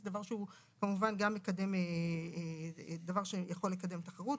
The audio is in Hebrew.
זה דבר שכמובן גם יכול לקדם תחרות.